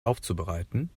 aufzubereiten